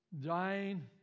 dying